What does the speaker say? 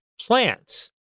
plants